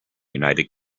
united